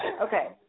Okay